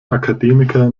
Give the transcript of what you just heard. akademiker